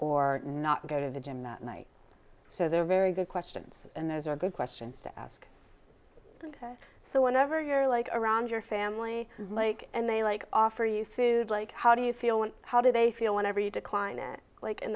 or not go to the gym that night so they're very good questions and those are good questions to ask them to so whenever you're like around your family like and they like offer you food like how do you feel when how do they feel whenever you decline it like in